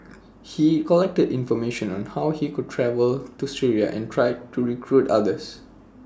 he collected information on how he could travel to Syria and tried to recruit others